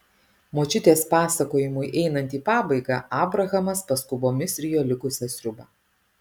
močiutės pasakojimui einant į pabaigą abrahamas paskubomis rijo likusią sriubą